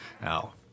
Now